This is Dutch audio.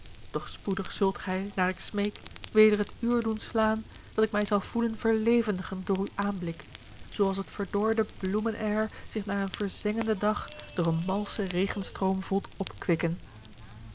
doch spoedig zult gij naar ik smeek weder het uur doen slaan dat ik mij zal voelen verlevendigen door uw aanblik zooals het verdorde bloemenheir zich na eene verzengenden dag door een malschen regenstroom voelt